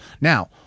Now